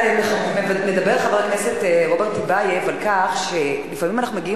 מדבר חבר הכנסת רוברט טיבייב על כך שלפעמים אנחנו מגיעים